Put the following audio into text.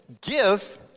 give